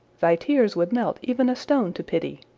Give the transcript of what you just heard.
thy tears would melt even a stone to pity.